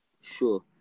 sure